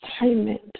assignment